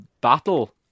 battle